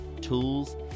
tools